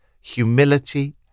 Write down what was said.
humility